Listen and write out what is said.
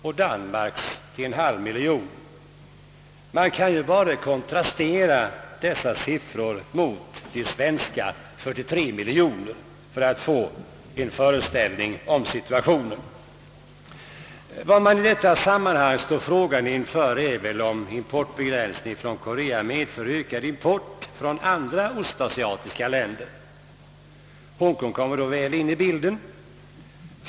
och Danmarks tiil 500 000. Man behöver ju bara jämföra dessa siffror med den svenska, 43 miljoner, för att få en föreställning om situationen. Vad man i detta sammanhang står frågande inför är väl, om importbegränsningen från Korea kommer att medföra ökad import från andra ostasiatiska länder. Hong-Kong kommer väl då in i bilden.